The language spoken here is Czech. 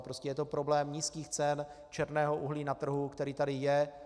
Prostě je to problém nízkých cen černého uhlí na trhu, který tady je.